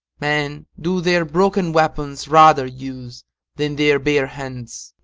men do their broken weapons rather use than their bare hands.